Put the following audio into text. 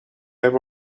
have